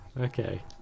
Okay